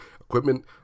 Equipment